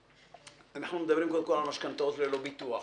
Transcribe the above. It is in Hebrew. אנחנו מדברים קודם כל על משכנתאות ללא ביטוח,